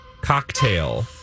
Cocktail